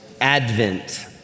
Advent